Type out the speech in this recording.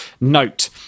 Note